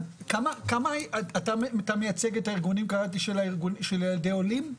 אתה מייצג את הארגונים של ילדי עולים?